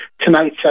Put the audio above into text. Tonight